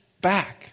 back